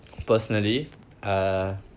personally uh